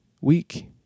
week